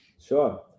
sure